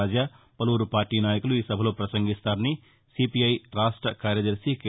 రాజా పలుపురు పార్టీ నాయకులు ఈ సభలో పసంగిస్తారని సిపిఐ రాష్ట్ర కార్యదర్శి కె